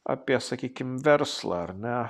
apie sakykim verslą ar ne